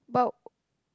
but